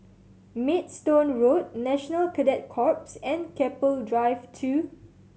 Maidstone Road National Cadet Corps and Keppel Drive Two